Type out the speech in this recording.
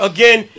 Again